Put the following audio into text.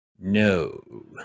No